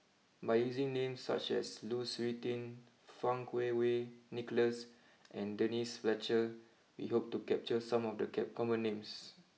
by using names such as Lu Suitin Fang Kuo Wei Nicholas and Denise Fletcher we hope to capture some of the common names